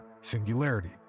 singularity